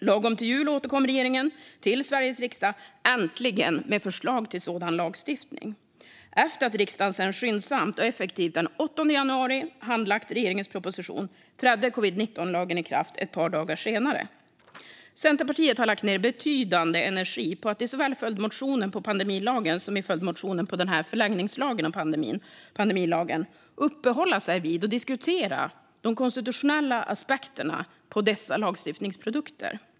Lagom till jul återkom äntligen regeringen till Sveriges riksdag med förslag till sådan lagstiftning. Efter att riksdagen sedan skyndsamt och effektivt den 8 januari handlagt regeringens proposition trädde covid-19-lagen i kraft ett par dagar senare. Centerpartiet har lagt ned betydande energi på att i såväl följdmotionen på pandemilagen som följdmotionen på denna förlängningslag uppehålla sig vid och diskutera de konstitutionella aspekterna på dessa lagstiftningsprodukter.